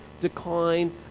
decline